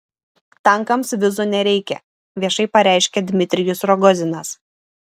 tankams vizų nereikia viešai pareiškia dmitrijus rogozinas